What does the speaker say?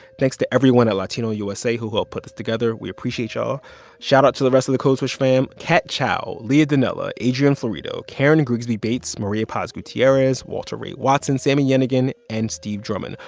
thanks to everyone at latino usa who helped put this together. we appreciate y'all shoutout to the rest of the code switch fam kat chow, leah donnella, adrian florido, karen grigsby bates, maria paz gutierrez, walter ray watson, sami yenigun and steve drummond.